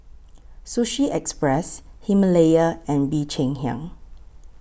Sushi Express Himalaya and Bee Cheng Hiang